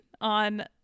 on